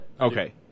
Okay